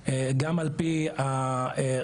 גם על פי סדר עדיפויות של תאריכים,